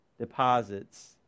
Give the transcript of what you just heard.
deposits